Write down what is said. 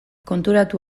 konturatu